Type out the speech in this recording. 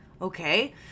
okay